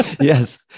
Yes